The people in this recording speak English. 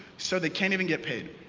so they can't even get paid